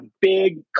big